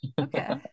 okay